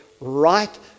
right